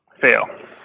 Fail